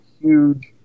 huge